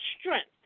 strength